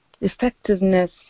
effectiveness